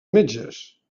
metges